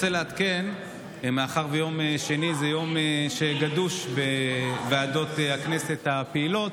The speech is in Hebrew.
מאחר שיום שני זה יום גדוש בוועדות הכנסת הפעילות,